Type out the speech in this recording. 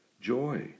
joy